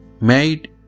made